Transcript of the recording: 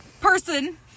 person